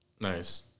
Nice